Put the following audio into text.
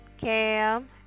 Cam